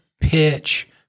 pitch